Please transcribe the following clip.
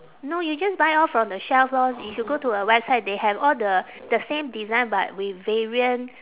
no you just buy off from the shelf lor if you go to a website they have all the the same design but with variant